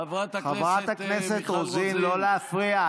אתה יכול, חברת הכנסת רוזין, לא להפריע.